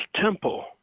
Temple